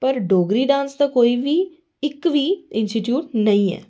पर डोगरी डांस दा कोई बी इक इंस्टीट्यूट निं ऐ